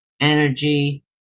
energy